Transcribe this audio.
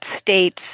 state's